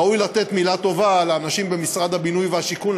ראוי לומר מילה טובה לאנשים במשרד הבינוי והשיכון,